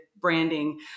branding